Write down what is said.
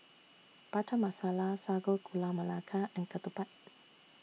Butter Masala Sago Gula Melaka and Ketupat